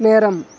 நேரம்